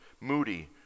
Moody